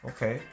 Okay